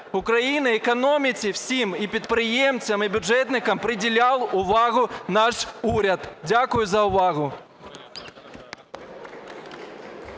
України, економіці, всім – і підприємцям, і бюджетникам – приділяв увагу наш уряд. Дякую за увагу.